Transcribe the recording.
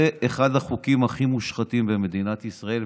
זה אחד החוקים הכי מושחתים במדינת ישראל.